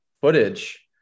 footage